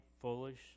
foolish